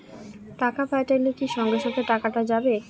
টাকা পাঠাইলে কি সঙ্গে সঙ্গে টাকাটা যাবে?